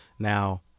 Now